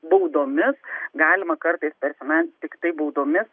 baudomis galima kartais per finan tiktai baudomis